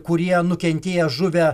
kurie nukentėję žuvę